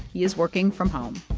he is working from home